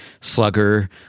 slugger